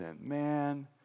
man